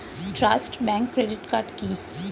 Trust bank credit card কি?